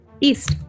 East